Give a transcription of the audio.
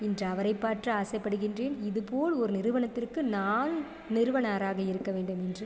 இன்று அவரை பாற்று ஆசைப்படுகின்றேன் இது போல் ஒரு நிறுவனத்திற்கு நான் நிறுவனராக இருக்க வேண்டும் என்று